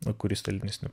o kurį stalinistinių